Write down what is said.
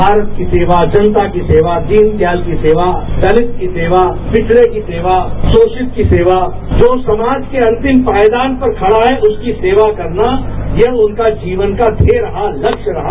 भारत की सेवा जनता की सेवा दीनदयाल की सेवा दलीत की सेवा पिछडे की सेवा शोषित की सेवा जो समाज के अंतिम पायदान पर खडा है उसकी सेवा करना यह उनके जीवन का ध्येय रहा लक्ष्य रहा